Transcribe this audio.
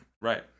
Right